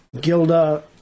Gilda